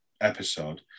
episode